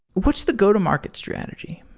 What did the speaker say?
what's the go-to-market strategy?